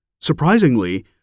Surprisingly